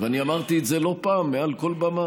ואני אמרתי את זה לא פעם מעל כל במה.